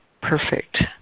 perfect